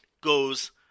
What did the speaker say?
goes